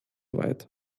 weit